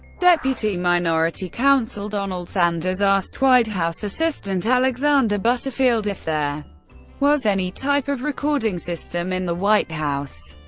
deputy minority counsel donald sanders asked white house assistant alexander butterfield if there was any type of recording system in the white house.